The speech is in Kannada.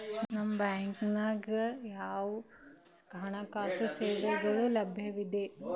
ನಿಮ ಬ್ಯಾಂಕ ದಾಗ ಯಾವ ಹಣಕಾಸು ಸೇವೆಗಳು ಲಭ್ಯವಿದೆ?